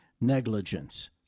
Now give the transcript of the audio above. negligence